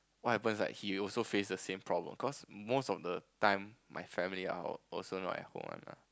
what happens like he also face the same problem cause most of the time my family are also not at home one ah